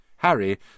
Harry